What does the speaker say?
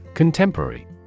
Contemporary